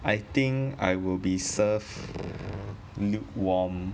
I think I will be served lukewarm